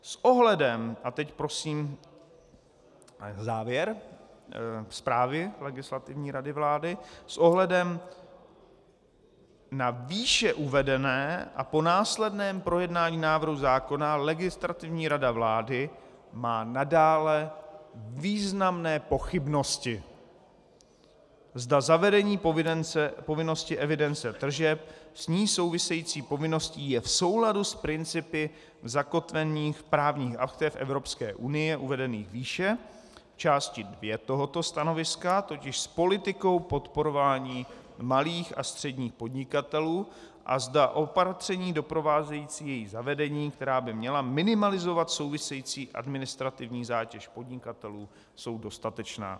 S ohledem a teď prosím závěr zprávy Legislativní rady vlády s ohledem na výše uvedené a po následném projednání návrhu zákona Legislativní rada vlády má nadále významné pochybnosti, zda zavedení povinnosti evidence tržeb a s ní souvisejících povinností je v souladu s principy zakotvenými v právních aktech Evropské unie uvedených výše v části dvě tohoto stanoviska, totiž s politikou podporování malých a středních podnikatelů, a zda opatření doprovázející její zavedení, která by měla minimalizovat související administrativní zátěž podnikatelů, jsou dostatečná.